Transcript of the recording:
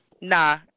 Nah